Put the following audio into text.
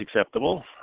acceptable